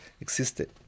existed